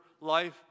life